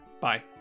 Bye